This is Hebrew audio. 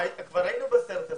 כבר היינו בסרט הזה.